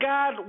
God